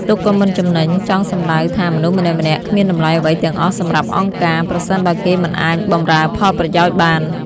«ទុកក៏មិនចំណេញ» ចង់សម្តៅថា មនុស្សម្នាក់ៗគ្មានតម្លៃអ្វីទាំងអស់សម្រាប់អង្គការ ប្រសិនបើគេមិនអាចបម្រើផលប្រយោជន៍បាន។